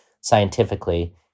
scientifically